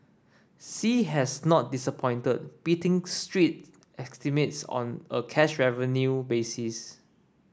sea has not disappointed beating street estimates on a cash revenue basis